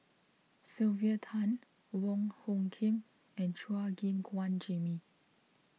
Sylvia Tan Wong Hung Khim and Chua Gim Guan Jimmy